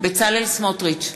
בצלאל סמוטריץ,